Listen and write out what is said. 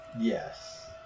Yes